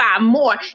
more